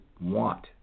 want